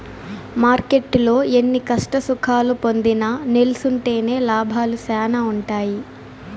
మార్కెట్టులో ఎన్ని కష్టసుఖాలు పొందినా నిల్సుంటేనే లాభాలు శానా ఉంటాయి